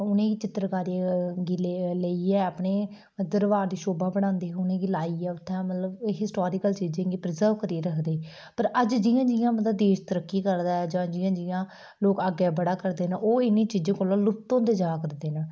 ते उ'नेंगी चित्रकारियें गी लेइयै अपने दरबार दी शोभा बड़ांदे उ'नेंगी लाइयै उत्थै मतलब हिस्टॉरिकल चीजें दी प्रीजर्व करियै रखदे हे पर अज्ज जि'यां जि'यां मतलब देश तरक्की करा दा ऐ जां जि'यां जि'यां लोक अग्गै बड़ा करदे न ओह् इ'नें चीजें कोला लुप्त होंदे जा करदे न